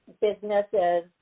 businesses